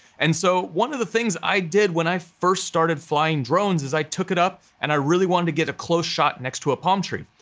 and so one of the things i did when i first started flying drones is i took it up and i really wanted to get a close shot next to a palm tree.